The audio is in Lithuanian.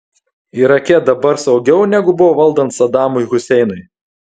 irake dabar saugiau negu buvo valdant sadamui huseinui